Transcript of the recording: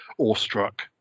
awestruck